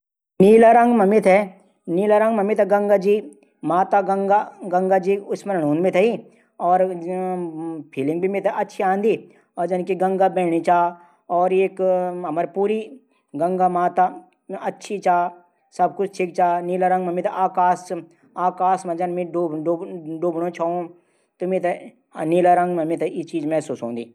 मि गिटार बजाण सिखण चांदू। किले की गिटार स्वर हमर अंतर्मन तक जुड ज्यांदन।